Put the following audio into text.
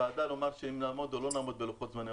אני עוד אגיע לפני לוועדה לומר אם נעמוד או לא נעמוד בלוחות זמנים,